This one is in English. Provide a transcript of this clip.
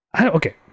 Okay